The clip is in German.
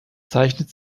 zeichnet